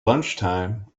lunchtime